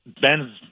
Ben's